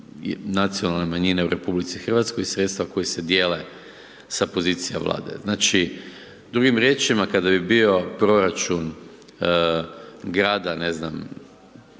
nacionalne manjine u RH i sredstva koje se dijele sa pozicija vlade. Znači drugim riječima kada bi bio proračun grada ne znam